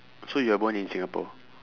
so you are born in singapore